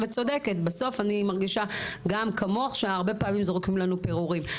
וצודקת בסוף אני מרגישה גם כמוך שהרבה פעמים זורקים לנו פירורים.